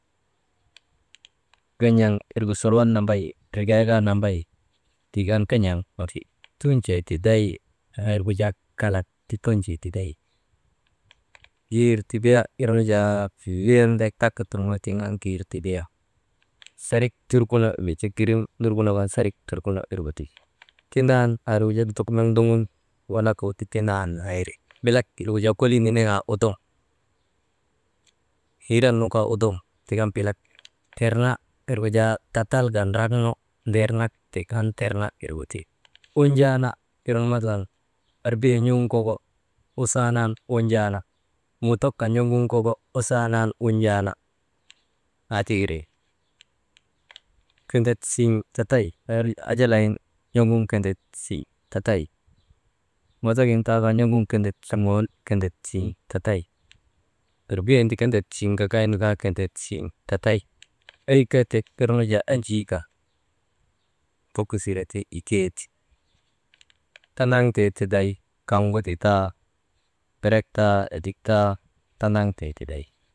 Gen̰eŋ irgu ndrekee nambay sural kaa nambay gu an gan̰aŋ ti, tun̰tee tiday aa irgu jaa kalak ti tun̰tee tiday, gir tibiya tiŋ jaa fiyan deek taka turŋoo tiŋ an gir tibiya, sarik turbuno wirgu jaa girim nurbuno gu an sarik turbuno irgu ti, tindan aa ir gu jaa lutok naŋ ndoŋun walagu ta tindan aa iri, bilak, irgu jaa kolii niniŋaa udum Hiran nu kaa udum tik an bilak, terna irgu jaa tatalka ndranu drenak tik an terna irgu ti unjaa na irnu masal erbiyek n̰oŋun koko usanan unjana motok kan n̰ogun koko usanan unjaana aa ti iri kendek siŋ tatay aa irnu jaa ajalak gin n̰oŋun kendet siŋ tatay mootok gin kaa n̰ogun kendet turŋoonu kendet siŋ tatay erbiyek gin ti kendet siŋ gagaynu kaa kendet siŋ tatay, eykete irnu jaa enjii kan buku sire ti ikee ti, tandaŋtee tiday, kaŋgu ti taa, berek taa edik taa tandaŋtee tiday.